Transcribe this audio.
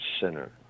sinner